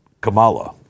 Kamala